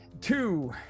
two